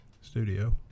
studio